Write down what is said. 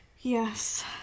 Yes